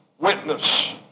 witness